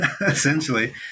essentially